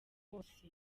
bose